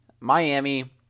Miami